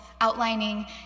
outlining